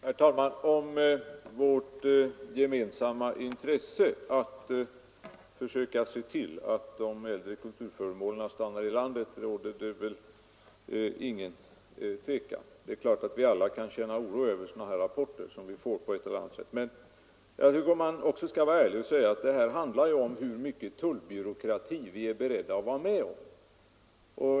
Herr talman! Om vårt gemensamma intresse att försöka se till att de äldre kulturföremålen stannar inom lander råder det väl inget tvivel. Det är klart att vi alla kan känna oro inför rapporter om vad som förekommer, men jag tycker också att man skall vara ärlig och säga att det handlar om hur mycket av total byråkrati vi vill vara med om.